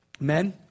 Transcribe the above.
men